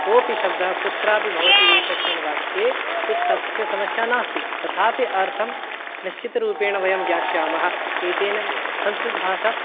कोऽपि शब्दः कुत्रापि भवति एकस्मिन् वाक्ये तु तस्य समस्या नास्ति तथापि अर्थं निश्चितरूपेण वयं ज्ञास्यामः एतेन संस्कृतभाषा